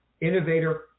innovator